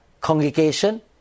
congregation